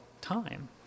time